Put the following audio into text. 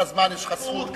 תודה רבה, אדוני.